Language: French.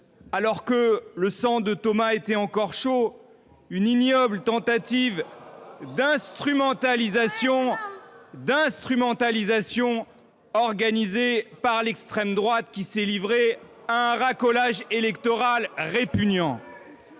alors que le sang de Thomas était encore chaud,… Ça va bien !… une ignoble tentative d’instrumentalisation organisée par l’extrême droite, qui s’est livrée à un racolage électoral répugnant.